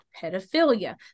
pedophilia